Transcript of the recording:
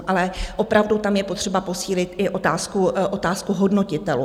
Ale opravdu tam je potřeba posílit i otázku hodnotitelů.